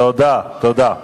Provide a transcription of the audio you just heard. תודה, תודה.